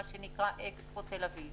מה שנקרא אקספו תל אביב.